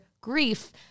grief